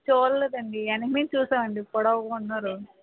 చూడలేదండీ వెనక నుంచి చూసామండీ పొడవుగా ఉన్నారు